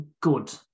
good